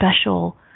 special